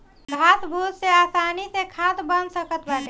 घास फूस से आसानी से खाद बन सकत बाटे